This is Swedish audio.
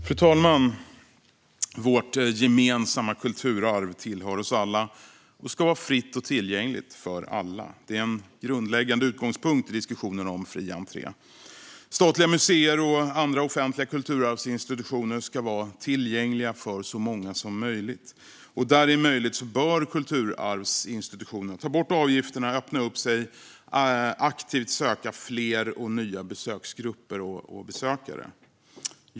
Fru talman! Vårt gemensamma kulturarv tillhör oss alla och ska vara fritt och tillgängligt för alla. Det är en grundläggande utgångspunkt i diskussionen om fri entré. Statliga museer och andra offentliga kulturarvsinstitutioner ska vara tillgängliga för så många som möjligt. Där det är möjligt bör kulturarvsinstitutionerna ta bort avgifter, öppna upp sig, aktivt söka fler och nya besöksgrupper och besökare.